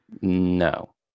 No